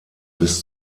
bis